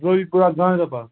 Dobi Pora Ganderbal